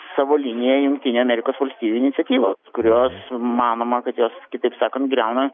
savo liniją jungtinių amerikos valstijų iniciatyvos kurios manoma kad jos kitaip sakant griauna